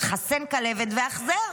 חסן כלבת והחזר.